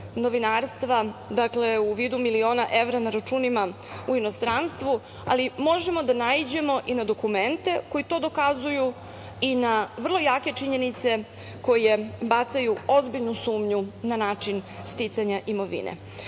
novinarstva u vidu miliona evra na računima u inostranstvu. Možemo da naiđemo i na dokumente koji to dokazuju i na vrlo jake činjenice koje bacaju ozbiljnu sumnju na način sticanja